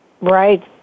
Right